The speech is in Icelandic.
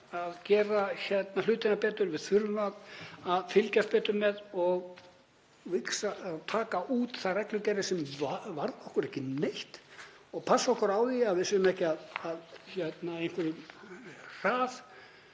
að gera hlutina betur. Við þurfum að fylgjast betur með og taka út þær reglugerðir sem varða okkur ekki neitt og passa okkur á því að við séum ekki með einhverja